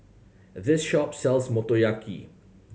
this shop sells Motoyaki